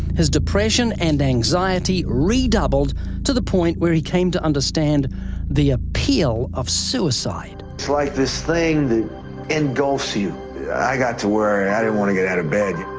his depression and anxiety redoubled to the point where he came to understand the appeal of suicide. it's like this thing that engulfs you. i got to where i didn't want to get out of bed.